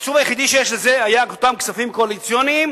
והתקציב היחידי לזה זה אותם כספים קואליציוניים